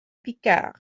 picard